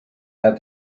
have